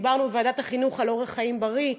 דיברנו בוועדת החינוך על אורח חיים בריא,